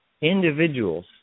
Individuals